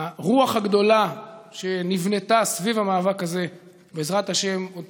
הרוח הגדולה שנבנתה סביב המאבק הזה בעזרת השם עוד